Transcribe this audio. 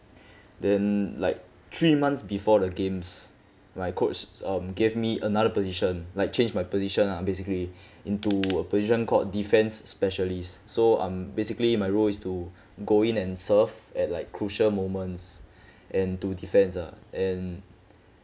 then like three months before the games my coach um gave me another position like change my position lah basically into a position called defense specialist so I'm basically my role is to go in and serve at like crucial moments and to defense ah and